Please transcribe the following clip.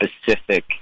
specific